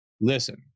listen